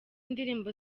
ndirimbo